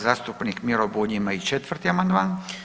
Zastupnik Miro Bulj ima i 4. amandman.